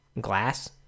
glass